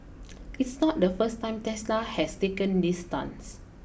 it's not the first time Tesla has taken this stance